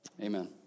Amen